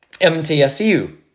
MTSU